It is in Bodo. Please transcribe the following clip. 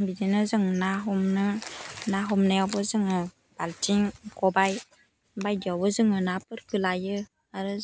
बिदिनो जों ना हमनो ना हमनायावबो जोङो बाल्थिं ख'बाय बायदियावबो जोङो नाफोरखौ लायो आरो